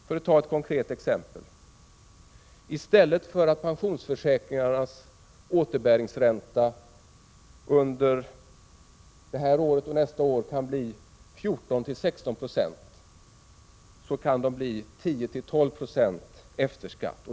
För att ta ett konkret exempel: I stället för att pensionsförsäkringarnas återbäringsränta under det här året och nästa år kan bli 14—16 96, kan de bli 10—12 96 efter skatt.